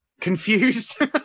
Confused